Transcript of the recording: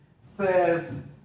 Says